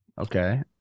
Okay